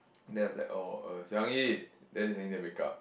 then I was like orh uh Xiang-Yi then after that suddenly they wake up